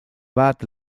bat